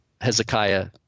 Hezekiah